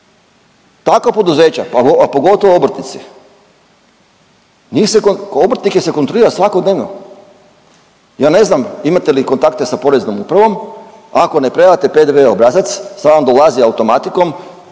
takva poduzeća a pogotovo obrtnici. Obrtnike se kontrolira svakodnevno. Ja ne znam imate li kontakte sa poreznom upravom. Ako ne predate PDV obrazac sad vam dolazi automatikom